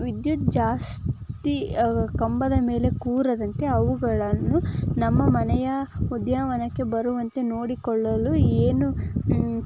ವಿದ್ಯುತ್ ಜಾಸ್ತಿ ಕಂಬದ ಮೇಲೆ ಕೂರದಂತೆ ಅವುಗಳನ್ನು ನಮ್ಮ ಮನೆಯ ಉದ್ಯಾನವನಕ್ಕೆ ಬರುವಂತೆ ನೋಡಿಕೊಳ್ಳಲು ಏನು